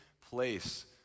place